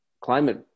climate